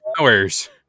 hours